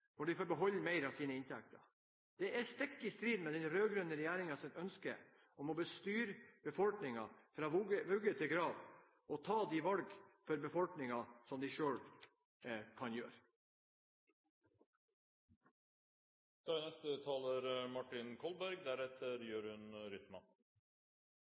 når de får beholde mer av sine inntekter. Det er stikk i strid med den rød-grønne regjeringens ønske om å styre befolkningen fra vugge til grav ved å ta de valg befolkningen selv kan gjøre, for dem. Jeg ser med glede at representanten Sanner er